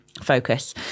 focus